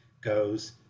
goes